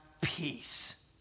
peace